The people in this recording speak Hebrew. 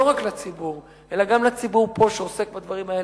לא רק לציבור אלא גם לציבור פה שעוסק בדברים האלה,